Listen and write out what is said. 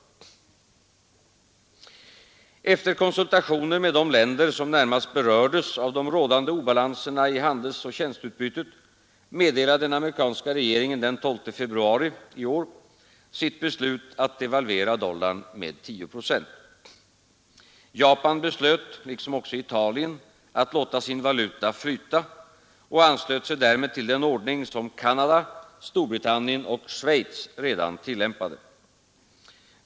Efter konsultationer med de länder som närmast berördes av de rådande obalanserna i handelsoch tjänsteutbytet, meddelade den amerikanska regeringen den 12 februari i år sitt beslut att devalvera dollarn med 10 procent. Japan beslöt, liksom även Italien, att låta sin valuta flyta och anslöt sig därmed till den ordning som Canada, Storbritannien och Schweiz redan tillämpade.